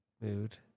Mood